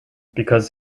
because